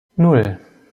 nan